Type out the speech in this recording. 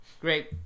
great